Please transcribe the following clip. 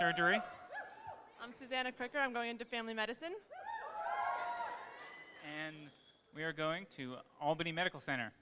parker i'm going to family medicine and we're going to albany medical center